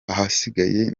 ahasigaye